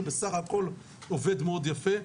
שבסך הכל עובד מאוד יפה.